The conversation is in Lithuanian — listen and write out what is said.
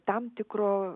tam tikro